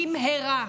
במהרה."